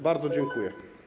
Bardzo dziękuję.